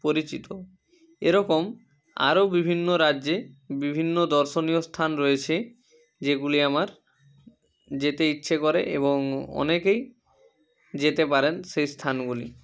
পরিচিত এরকম আরও বিভিন্ন রাজ্যে বিভিন্ন দর্শনীয় স্থান রয়েছে যেগুলি আমার যেতে ইচ্ছে করে এবং অনেকই যেতে পারেন সেই স্থানগুলি